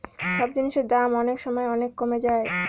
সব জিনিসের দাম অনেক সময় অনেক কমে যায়